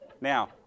Now